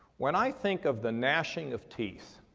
when i think of the gnashing of teeth,